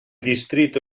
distrito